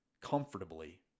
comfortably